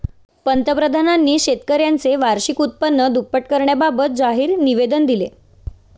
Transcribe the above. पंतप्रधानांनी शेतकऱ्यांचे वार्षिक उत्पन्न दुप्पट करण्याबाबत जाहीर निवेदन दिले